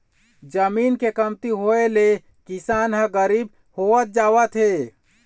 जमीन के कमती होए ले किसान ह गरीब होवत जावत हे